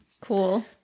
Cool